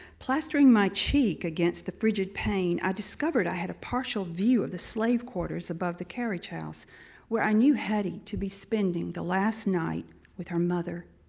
plastering my cheek against the frigit pane, i discovered i had a partial view of the slave quarters above the carriage house where i knew hetty to be spending the last night with her mother.